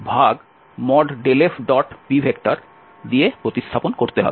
∇fp দিয়ে প্রতিস্থাপন করতে হবে